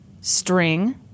string